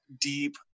deep